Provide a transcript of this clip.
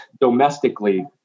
domestically